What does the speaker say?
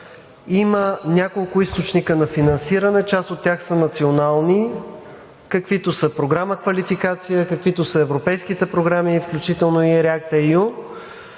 има няколко източника на финансиране, част от тях са национални, каквито са Програма „Квалификация“, каквито са европейските програми, включително и REACT-EU,